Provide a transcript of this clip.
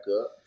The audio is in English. up